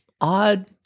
odd